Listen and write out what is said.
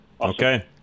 Okay